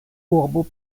urbo